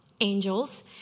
angels